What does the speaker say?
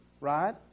right